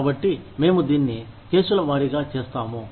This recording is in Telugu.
కాబట్టి మేము దీన్ని కేసుల వారీగా చేస్తాము